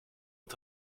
het